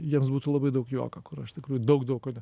jiems būtų labai daug juoko kur aš tikrai daug daug ko ne